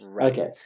Okay